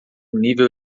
nível